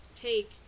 take